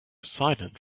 silent